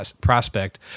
prospect